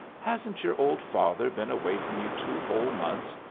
hasn't your old father been away from you two whole months?